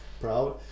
proud